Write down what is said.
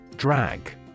Drag